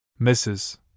Mrs